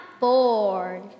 bored